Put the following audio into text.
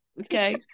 Okay